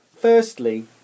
Firstly